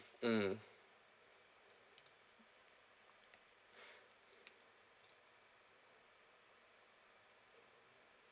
mm